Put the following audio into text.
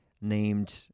named